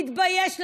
תתבייש לך.